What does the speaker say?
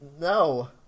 No